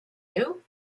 you